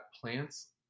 plants